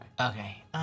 Okay